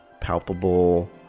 palpable